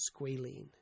squalene